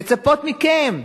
לצפות מכם,